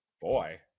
Boy